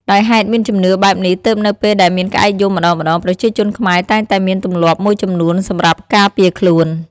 ដោយហេតុមានជំនឿបែបនេះទើបនៅពេលដែលមានក្អែកយំម្តងៗប្រជាជនខ្មែរតែងតែមានទម្លាប់មួយចំនួនសម្រាប់ការពារខ្លួន។